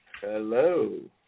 Hello